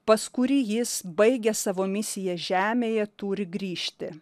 pas kurį jis baigęs savo misiją žemėje turi grįžti